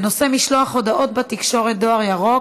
בנושא משלוח הודעות בתקשורת, דואר "ירוק"